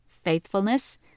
Faithfulness